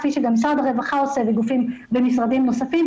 כפי שגם משרד הרווחה עושה וגופים במשרדים נוספים,